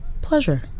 pleasure